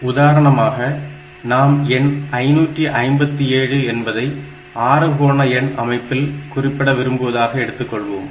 உதாரணமாக நாம் எண் 557 என்பதை அறுகோண எண் அமைப்பில் குறிப்பிட விரும்புவதாக வைத்துக்கொள்வோம்